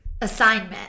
assignment